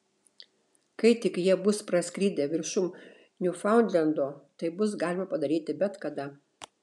kai tik jie bus praskridę viršum niufaundlendo tai bus galima padaryti bet kada